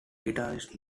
guitarist